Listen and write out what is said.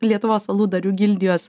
lietuvos aludarių gildijos